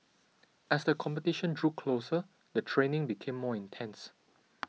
as the competition drew closer the training became more intense